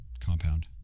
compound